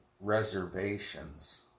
reservations